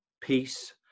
peace